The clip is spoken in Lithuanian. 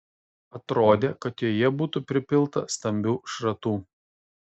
atrodė kad joje būtų pripilta stambių šratų